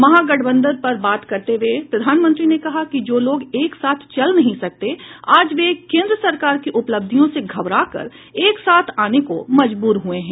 महागठबंधन पर बात करते हुए प्रधानमंत्री ने कहा कि जो लोग एक साथ चल नहीं सकते आज वे केन्द्र सरकार की उपलब्धियों से घबराकर एक साथ आने को मजबूर हुए हैं